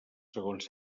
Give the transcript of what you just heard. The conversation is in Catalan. segons